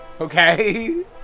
Okay